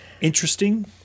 interesting